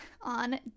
on